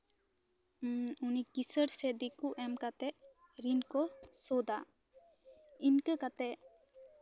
ᱦᱮᱸ ᱩᱱᱤ ᱠᱤᱥᱟᱹᱬ ᱥᱮ ᱫᱤᱠᱩ ᱮᱢ ᱠᱟᱛᱮᱜ ᱨᱤᱱ ᱠᱚ ᱥᱳᱫᱷᱼᱟ ᱤᱱᱠᱟᱹ ᱠᱟᱛᱮᱜ